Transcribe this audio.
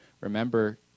Remember